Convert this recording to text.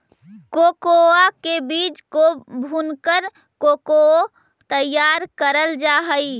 cocoa के बीज को भूनकर कोको तैयार करल जा हई